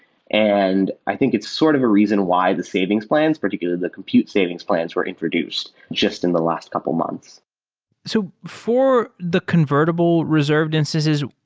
and i think it's sort of a reason why the savings plans, particularly the compute savings plans were introduced just in the last couple months so for the convertible reserved instances,